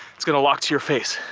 it's gonna lock to your face.